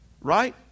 right